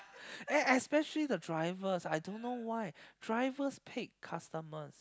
eh especially the drivers I don't know why drivers paid customers